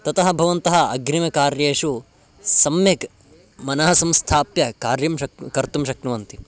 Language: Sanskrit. ततः भवन्तः अग्रिमकार्येषु सम्यक् मनः संस्थाप्य कार्यं शक्यं कर्तुं शक्नुवन्ति